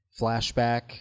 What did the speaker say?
flashback